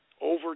over